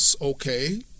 okay